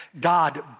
God